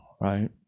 right